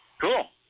Cool